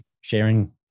sharing